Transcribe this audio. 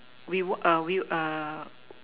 we we